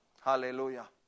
Hallelujah